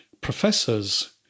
professors